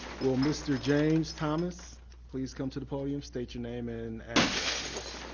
will mr. james thomas please come to the podium? state your name and address, please.